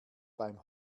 beim